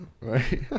Right